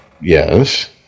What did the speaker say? Yes